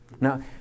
Now